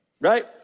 Right